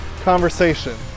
conversation